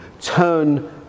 turn